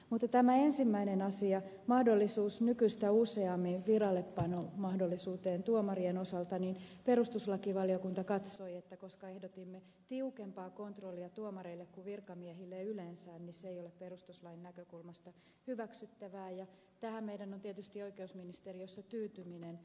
mutta tämän ensimmäisen asian kohdalla nykyistä laajempi viraltapanomahdollisuus tuomarien osalta perustuslakivaliokunta katsoi että koska ehdotimme tiukempaa kontrollia tuomareille kuin virkamiehille yleensä se ei ole perustuslain näkökulmasta hyväksyttävää ja tähän meidän on tietysti oikeusministeriössä tyytyminen